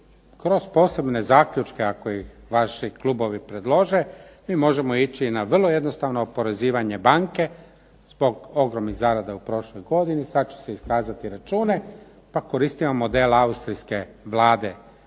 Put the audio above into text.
kroz posebne zaključke ako ih vaši klubovi predlože mi možemo ići na vrlo jednostavno oporezivanje banke zbog ogromnih zarada u prošloj godini, sad ću se iskazati račune, pa koristimo model austrijske Vlade